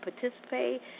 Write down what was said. participate